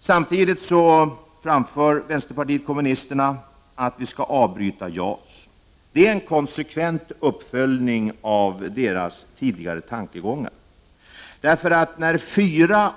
Samtidigt vill vänsterpartiet kommunisterna att JAS-projektet skall av brytas. Det är en konsekvent uppföljning av dess tidigare tankegångar. När fyra